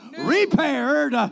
repaired